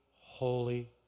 holy